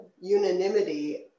unanimity